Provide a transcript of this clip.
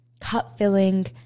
cup-filling